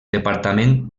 departament